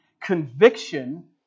conviction